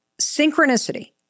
synchronicity